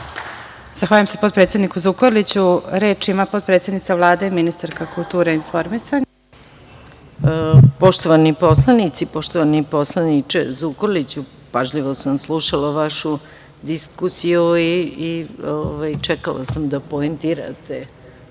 Zahvaljujem se potpredsedniku Zukorliću. Reč ima potpredsednica Vlade, ministarka kulture i informisanja, Maja Gojković. **Maja Gojković** Poštovani poslanici, poštovani poslaniče Zukorliću, pažljivo sam slušala vašu diskusiju i čekala sam da poentirate.